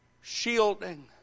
shielding